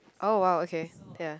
oh !wow! okay ya